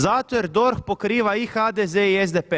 Zato jer DORH pokriva i HDZ i SDP.